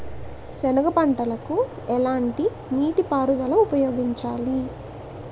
సెనగ పంటకు ఎలాంటి నీటిపారుదల ఉపయోగించాలి?